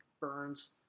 Burns